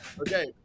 Okay